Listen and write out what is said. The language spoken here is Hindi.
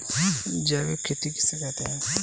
जैविक खेती किसे कहते हैं?